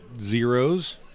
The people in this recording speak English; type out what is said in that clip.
zeros